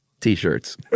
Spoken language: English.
T-shirts